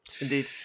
indeed